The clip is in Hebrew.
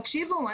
תקשיבו,